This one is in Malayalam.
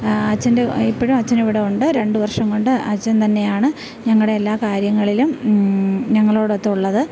അച്ഛൻ്റെ ഇപ്പോഴും അച്ഛൻ ഇവിടെ ഉണ്ട് രണ്ട് വർഷം കൊണ്ട് അച്ഛൻ തന്നെയാണ് ഞങ്ങളുടെ എല്ലാ കാര്യങ്ങളിലും ഞങ്ങളോടൊത്ത് ഉള്ളത്